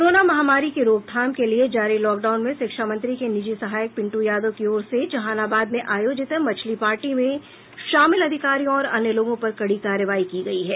corona महामारी की रोकथाम के लिए जारी लॉकडाउन में शिक्षा मंत्री के निजी सहायक पिंटू यादव की ओर से जहानाबाद में आयोजित मछली पार्टी में शामिल अधिकारियों और अन्य लोगों पर कड़ी कार्रवाई की गयी है